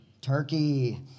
Turkey